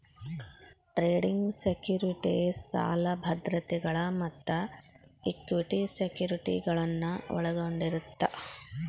trading securities ಸಾಲ ಭದ್ರತೆಗಳ ಮತ್ತ ಇಕ್ವಿಟಿ ಸೆಕ್ಯುರಿಟಿಗಳನ್ನ ಒಳಗೊಂಡಿರತ್ತ